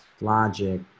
Logic